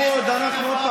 יואל, אין לכם 20% זה כבוד.